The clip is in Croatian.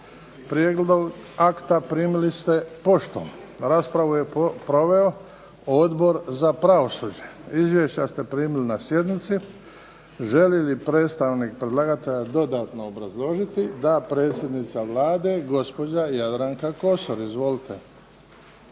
Prijedlog akta primili ste poštom. Raspravu je proveo Odbor za pravosuđe. Izvješća ste primili na sjednici. Želi li predstavnik predlagatelja dodatno obrazložiti? Da, predsjednica Vlade gospođa Jadranka Kosor. **Kosor,